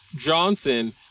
Johnson